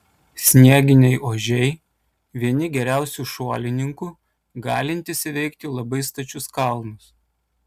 snieginiai ožiai vieni geriausių šuolininkų galintys įveikti labai stačius kalnus